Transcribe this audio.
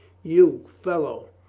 you fellow,